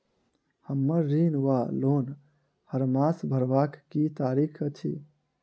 हम्मर ऋण वा लोन हरमास भरवाक की तारीख अछि?